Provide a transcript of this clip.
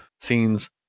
scenes